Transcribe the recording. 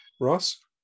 Ross